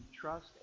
trust